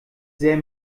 sehr